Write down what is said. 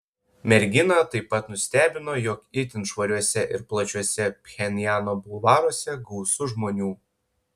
merginą taip pat nustebino jog itin švariuose ir plačiuose pchenjano bulvaruose gausu žmonių